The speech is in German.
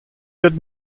wird